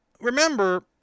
remember